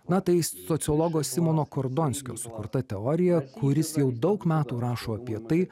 na tai sociologo simono kordonskio sukurta teorija kuris jau daug metų rašo apie tai